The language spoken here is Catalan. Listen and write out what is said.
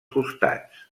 costats